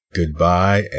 Goodbye